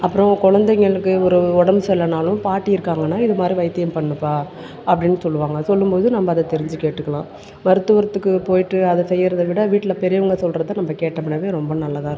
அப்புறம் கொழந்தைங்களுக்கு ஒரு உடம்பு சரியில்லன்னாலும் பாட்டி இருக்காங்கன்னா இது மாதிரி வைத்தியம் பண்ணுப்பா அப்படின்னு சொல்லுவாங்க சொல்லும் போது நம்ப அதை தெரிஞ்சு கேட்டுக்கலாம் மருத்துவர்த்துக்கு போயிட்டு அதை செய்வத விட வீட்டில் பெரியவங்க சொல்றதை நம்ப கேட்டோம்னாலே ரொம்ப நல்லதாக